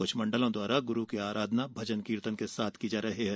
कुछ मंडलों द्वारा गुरू की आराधना भजन कीर्तन के साथ की जा रही है